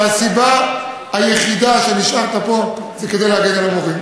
שהסיבה היחידה שנשארת פה זה כדי להגן על המורים.